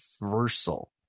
universal